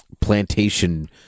plantation